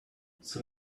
sun